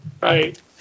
Right